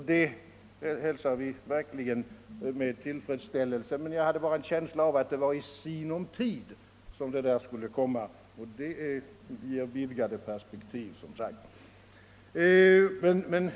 Detta hälsar vi med tillfredsställelse — jag har bara en känsla av att det skulle bli ”i sinom tid” som det där skulle komma, och det ger då vidgade perspektiv.